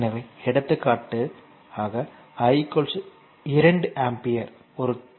எனவே எடுத்துக்காட்டு i 2 ampere ஒரு தூய டி